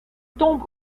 tombe